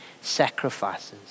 sacrifices